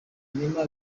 ibinyoma